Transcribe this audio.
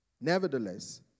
Nevertheless